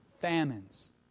famines